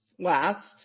Last